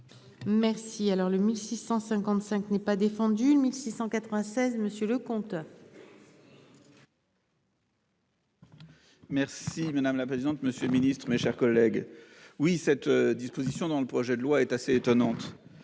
Merci. Alors le 1655 n'ait pas défendu 1696 Monsieur le comte. Merci madame la présidente. Monsieur le Ministre, mes chers collègues oui cette disposition dans le projet de loi est assez étonnante.